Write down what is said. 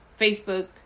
facebook